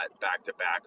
back-to-back